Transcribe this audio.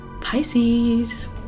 Pisces